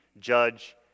judge